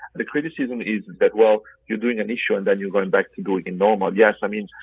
the criticism is that well, you're doing an issue, and then you're going back to doing it normal. yes i mean,